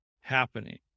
happening